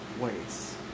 ways